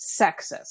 sexist